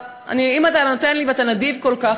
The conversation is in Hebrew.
אם אתה נותן לי ואתה נדיב כל כך,